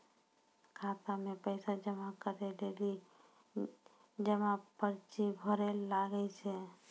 खाता मे पैसा जमा करै लेली जमा पर्ची भरैल लागै छै